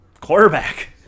quarterback